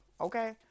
okay